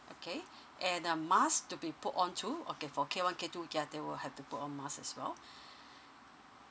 okay and a mask to be put on to okay for K one K two ya they will have to put on mask as well